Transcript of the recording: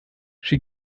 she